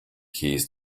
keys